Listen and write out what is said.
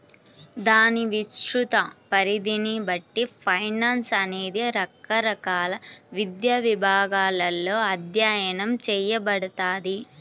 దాని విస్తృత పరిధిని బట్టి ఫైనాన్స్ అనేది రకరకాల విద్యా విభాగాలలో అధ్యయనం చేయబడతది